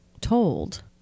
told